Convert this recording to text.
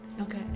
okay